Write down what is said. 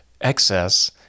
excess